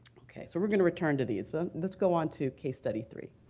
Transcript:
ok. so we're going to return to these. let's go on to case study three.